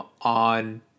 on